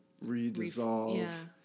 re-dissolve